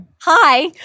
hi